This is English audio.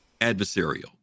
adversarial